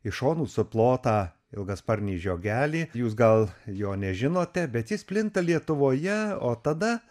iš šonų suplotą ilgasparnį žiogelį jūs gal jo nežinote bet jis plinta lietuvoje o tada